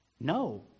No